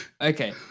Okay